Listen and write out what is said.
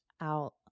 out